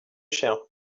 cher